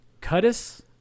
Cutis